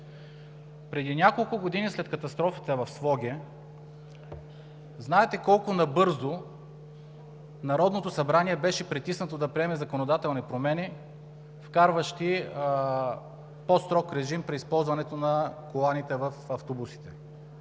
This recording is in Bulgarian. Преди няколко години, след катастрофата в Своге, знаете колко набързо Народното събрание беше притиснато да приеме законодателни промени, вкарващи по-строг режим при използването на коланите в автобусите.